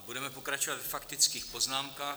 Budeme pokračovat ve faktických poznámkách.